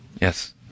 Yes